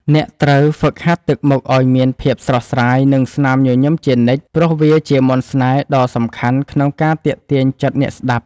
អ្នកត្រូវហ្វឹកហាត់ទឹកមុខឱ្យមានភាពស្រស់ស្រាយ និងស្នាមញញឹមជានិច្ច ព្រោះវាជាមន្តស្នេហ៍ដ៏សំខាន់ក្នុងការទាក់ទាញចិត្តអ្នកស្ដាប់។